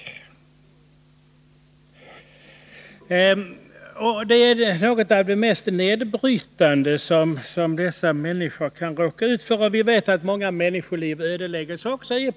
Prostitutionen är någonting av det mest nedbrytande som dessa unga människor kan råka ut för, och vi vet också att många människoliv ödeläggs genom den.